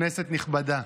כנסת נכבדה,